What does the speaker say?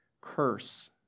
curse